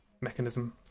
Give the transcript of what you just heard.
mechanism